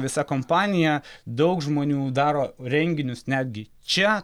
visa kompanija daug žmonių daro renginius netgi čia